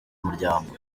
muryango